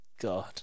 God